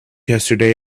yesterday